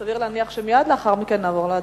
וסביר להניח שמייד לאחר מכן נעבור להצבעה.